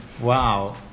wow